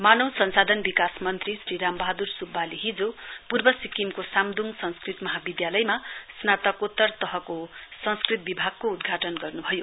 मानव संसाधन विकास मन्त्री श्री राम वहादुर सुब्बाले हिजो पूर्व सिक्किमको साम्दुङ संस्कृत महाविधालयमा स्नातकोतर तहको संस्कृत विभागको उद्घाटन गर्न्भयो